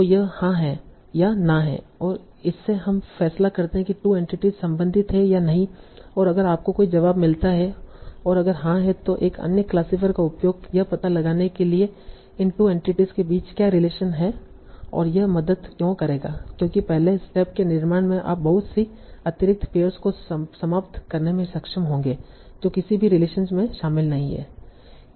तो यह हां है या ना है और इससे हम फैसला करते है कि 2 एंटिटी संबंधित हैं या नहीं और अगर आपको कोई जवाब मिलता है और अगर हां है तों एक अन्य क्लासिफायर का उपयोग यह पता लगाने के लिए कि इन 2 एंटिटी के बीच क्या रिलेशन है और यह मदद क्यों करेगा क्योंकि पहले स्टेप के निर्माण में आप बहुत सी अतिरिक्त पेयर्स को समाप्त करने में सक्षम होंगे जो किसी भी रिलेशन में शामिल नहीं हैं